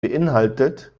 beinhaltet